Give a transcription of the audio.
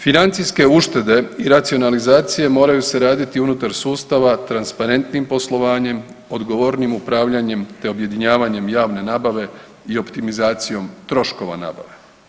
Financijske uštede i racionalizacije moraju se raditi unutar sustava transparentnim poslovanjem, odgovornim upravljanjem te objedinjavanjem javne nabave i optimizacijom troškova nabave.